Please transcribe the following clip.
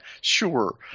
Sure